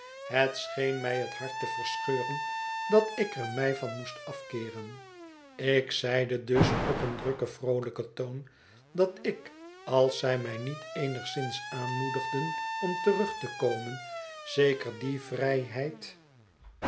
scheen mij het hart te verscheuren dat ik er mij van moest afkeeren ik zeide dus op een drukken vroolijken toon dat ik als zij mij niet eenigszins aanmoedigden om terug te komen zeker die vrijheid